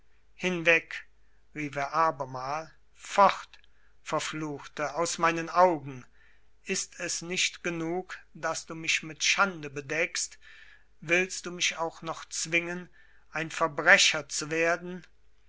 hinweg rief er abermal fort verfluchte aus meinen augen ist es nicht genug daß du mich mit schande bedeckst willst du mich auch noch zwingen ein verbrecher zu werden